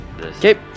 Okay